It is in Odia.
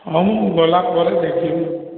ହଉ ମୁଁ ଗଲାପରେ ଦେଖିବି